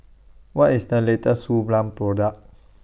What IS The latest Suu Balm Product